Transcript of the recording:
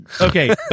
Okay